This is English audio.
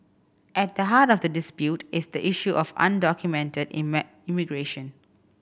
at the heart of the dispute is the issue of undocumented immigration